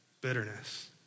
Bitterness